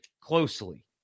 closely